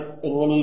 എങ്ങനെയിരിക്കും